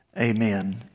Amen